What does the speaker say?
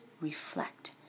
reflect